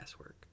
work